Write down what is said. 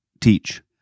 teach